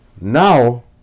Now